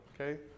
okay